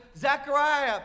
Zechariah